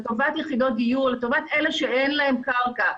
לטובת יחידות דיור, לטובת אלה שאין להם קרקע.